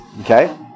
okay